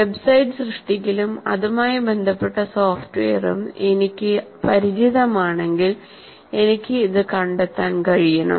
website സൃഷ്ടിക്കലും അതുമായി ബന്ധപ്പെട്ട സോഫ്റ്റ്വെയറും എനിക്ക് പരിചിതമാണെങ്കിൽ എനിക്ക് ഇത് കണ്ടെത്താൻ കഴിയണം